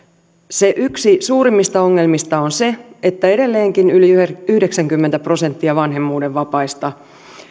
yksi suurimmista ongelmista on se että edelleenkin yli yhdeksänkymmentä prosenttia vanhemmuuden vapaista